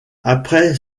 après